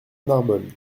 narbonne